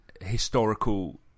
historical